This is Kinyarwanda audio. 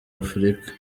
afurika